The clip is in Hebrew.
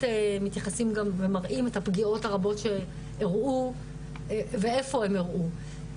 מתייחסים גם ומראים את הפגיעות הרבות שאירעו ואיפה הם אירעו.